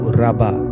raba